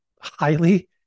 highly